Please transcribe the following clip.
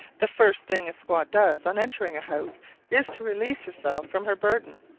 the first thing a squaw does on entering a house is to release herself from her burden,